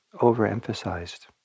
overemphasized